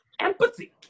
empathy